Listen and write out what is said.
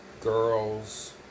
girls